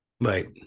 Right